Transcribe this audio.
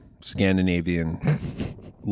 Scandinavian